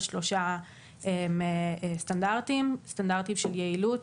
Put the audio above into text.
שלושה סטנדרטים: סטנדרטים של יעילות,